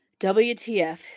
WTF